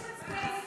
הם היו מצביעי ליכוד,